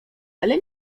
ale